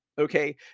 okay